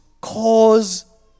cause